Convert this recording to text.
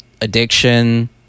addiction